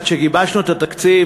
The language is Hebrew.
עד שגיבשנו את התקציב,